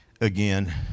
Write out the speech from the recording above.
again